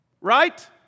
Right